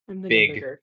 Big